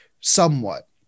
somewhat